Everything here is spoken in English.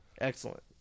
Excellent